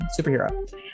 superhero